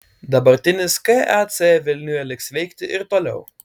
dabartinis kac vilniuje liks veikti ir toliau